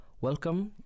Welcome